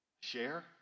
Share